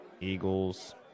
Eagles